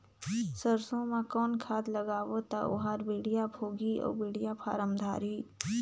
सरसो मा कौन खाद लगाबो ता ओहार बेडिया भोगही अउ बेडिया फारम धारही?